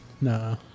No